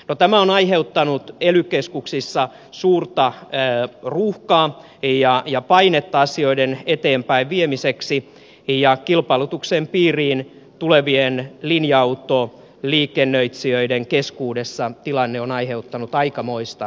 no tämä on aiheuttanut ely keskuksissa suurta ruuhkaa ja painetta asioiden eteenpäinviemiseksi ja kilpailutuksen piiriin tulevien linja autoliikennöitsijöiden keskuudessa tilanne on aiheuttanut aikamoista hämmennystä